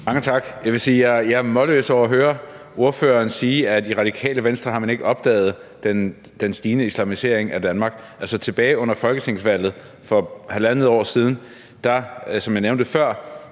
Mange tak. Jeg vil sige, at jeg er målløs over at høre ordføreren sige, at man i Radikale Venstre ikke har opdaget den stigende islamisering af Danmark. Altså, tilbage under folketingsvalget for halvandet år siden – som jeg nævnte før